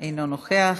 אינו נוכח,